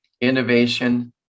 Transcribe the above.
innovation